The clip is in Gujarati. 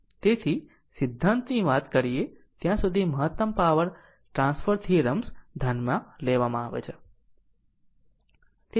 તેથી સિદ્ધાંતની વાત કરીએ ત્યાં સુધી મહત્તમ પાવર ટ્રાન્સફર થીયરમ્સ ધ્યાનમાં લેવામાં આવે છે